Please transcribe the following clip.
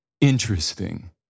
interesting